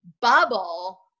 bubble